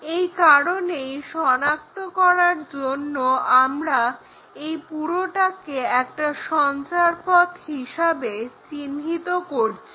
এই কারণেই সনাক্ত করার জন্য আমরা এই পুরোটাকে একটা সঞ্চারপথ হিসাবে চিহ্নিত করছি